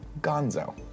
Gonzo